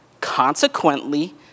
consequently